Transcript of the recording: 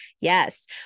Yes